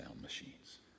machines